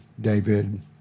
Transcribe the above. David